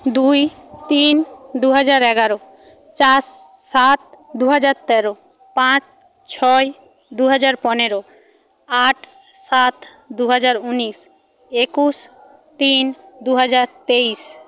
দুই তিন দুহাজার এগারো চার সাত দুহাজার তেরো পাঁচ ছয় দুহাজার পনেরো আট সাত দুহাজার উনিশ একুশ তিন দুহাজার তেইশ